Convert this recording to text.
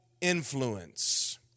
influence